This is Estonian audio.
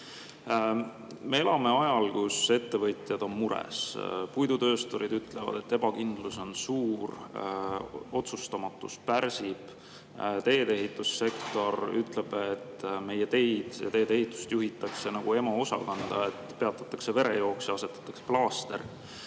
Me elame ajal, kui ettevõtjad on mures. Puidutöösturid ütlevad, et ebakindlus on suur. Otsustamatus pärsib. Teedeehitussektor ütleb, et meie teid ja teedeehitust juhitakse nagu EMO‑t: peatatakse verejooks ja asetatakse plaaster.